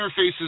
interfaces